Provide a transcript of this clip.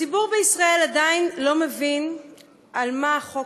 הציבור בישראל עדיין לא מבין על מה החוק